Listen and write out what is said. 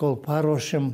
kol paruošėm